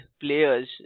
players